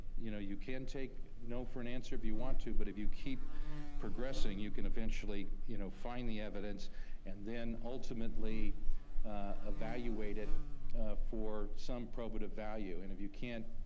you know you can take no for an answer if you want to, but if you keep progressing you can eventually you know find the evidence and then ultimately evaluate it for some probative value. and if you can't.